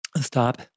stop